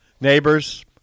neighbors